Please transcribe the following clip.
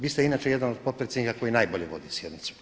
Vi ste inače jedan od potpredsjednika koji najbolje vodi sjednicu.